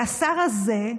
והשר הזה,